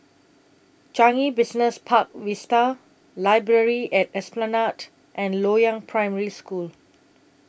Changi Business Park Vista Library At Esplanade and Loyang Primary School